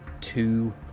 two